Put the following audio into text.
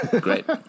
Great